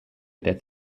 death